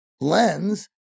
Lens